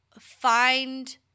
find